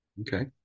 Okay